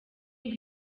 ngo